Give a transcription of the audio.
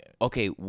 Okay